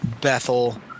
Bethel